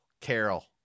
Carol